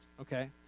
Okay